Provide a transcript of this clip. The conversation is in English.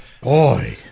Boy